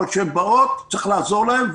אבל כשהן באות צריך לעזור להן.